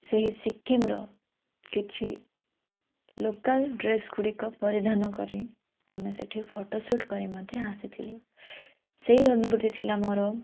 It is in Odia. ସେହି ସିକିମ୍ ର କିଛି ଲୋକାଲ୍ ଡ୍ରେସ୍ ଗୁଡ଼ିକ ପରିଧାନ କରି ଆମେ ସେଠି ଫୋଟୋ ଶୁଟ୍ କରି ମଧ୍ୟ ଆସିଥିଲୁ ସେଇ ଅନୁଭୂତି ଥିଲା ମୋର